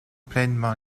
pleinement